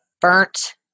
burnt